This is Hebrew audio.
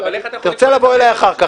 אבל איך אתה יכול --- תרצה לבוא אליי אחר כך,